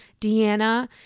Deanna